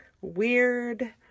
weird